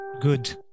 Good